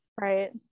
Right